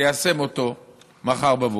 תיישם אותו מחר בבוקר.